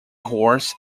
horse